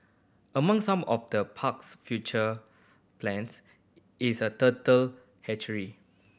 among some of the park's future plans is a turtle hatchery